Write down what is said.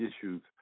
issues